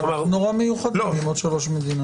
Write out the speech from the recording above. אנחנו נורא מיוחדים אם זה רק שלוש מדינות.